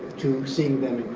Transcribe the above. to seeing them